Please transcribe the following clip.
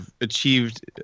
achieved